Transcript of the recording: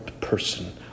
person